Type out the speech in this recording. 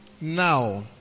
Now